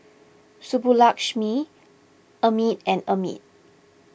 Subbulakshmi Amit and Amit